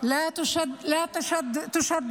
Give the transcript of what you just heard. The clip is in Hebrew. עליו התפילות